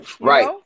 Right